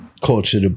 Culture